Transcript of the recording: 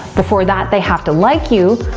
before that, they have to like you.